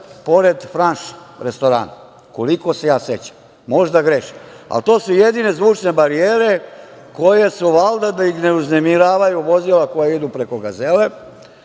pored „Franš“ restorana, koliko se ja sećam, možda grešim. Ali, to su jedine zvučne barijere koje su valjda da ih ne uznemiravaju vozila koja idu preko gazele,